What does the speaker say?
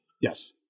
Yes